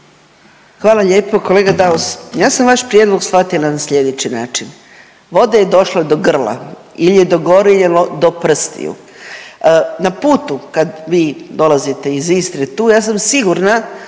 Hvala lijepo. Kolega Daus, ja sam vaš prijedlog shvatila na slijedeći način, voda je došla do grla il je dogorjelo do prstiju. Na putu kad vi dolazite iz Istre tu, ja sam sigurna